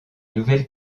nouvelle